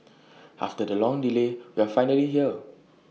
after the long delay we are finally here